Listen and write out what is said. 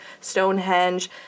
Stonehenge